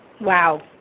Wow